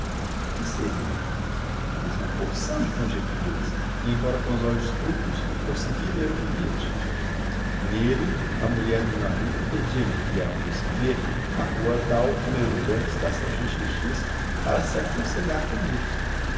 que seria fiz uma porção de conjecturas e embora com os olhos turvos consegui ler o bilhete nele a mulher do meu amigo pedia-me que a fosse ver à rua tal número tanto estação xxx para se aconselhar comigo